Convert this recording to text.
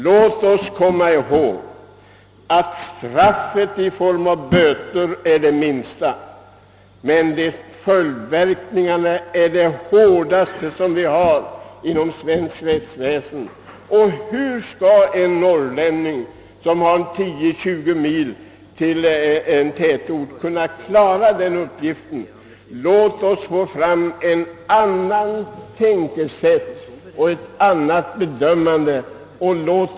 Låt oss komma ihåg att bötesstraffet är det lägsta men att följdverkningarna blir de hårdaste som förekommer inom svenskt rättsväsende. Och hur skall exempelvis en norrlänning som har 10—20 mil till en tätort kunna klara sig utan sitt fordon? Nej, låt oss få till stånd ett annat tänkesätt, en annan bedömning härvidlag.